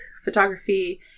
photography